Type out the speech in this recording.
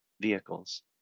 vehicles